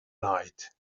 night